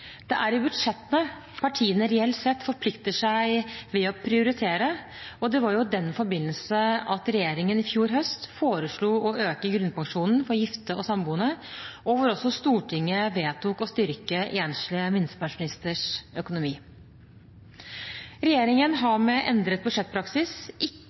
Det er i budsjettene partiene reelt sett forplikter seg ved å prioritere, og det var i den forbindelse at regjeringen i fjor høst foreslo å øke grunnpensjonen for gifte og samboende, og hvor også Stortinget vedtok å styrke enslige minstepensjonisters økonomi. Regjeringen